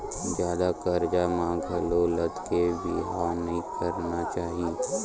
जादा करजा म घलो लद के बिहाव नइ करना चाही